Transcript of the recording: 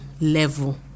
level